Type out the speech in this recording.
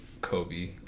Kobe